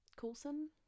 Coulson